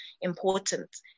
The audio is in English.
important